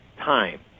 Time